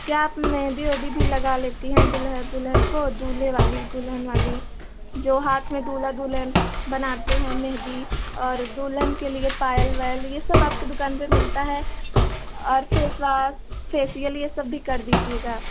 क्या आप मेहँदी उहँदी भी लगा लेती हैं दूल्हा दुल्हन को दूल्हे वाली दुल्हन वाली जो हाथ में दूल्हा दुल्हन बनाते हैं मेहँदी और दुल्हन के लिए पायल वायल यह सब आपकी दुक़ान पर मिलती है और फेसवॉश फेसियल यह सब भी कर दीजिएगा